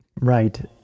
right